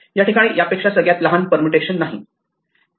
या ठिकाणी यापेक्षा सगळ्यात लहान परमुटेशन नाही